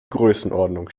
größenordnung